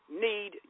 need